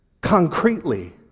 concretely